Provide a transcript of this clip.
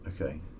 Okay